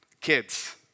Kids